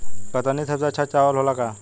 कतरनी सबसे अच्छा चावल होला का?